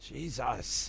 Jesus